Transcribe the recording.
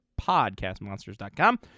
podcastmonsters.com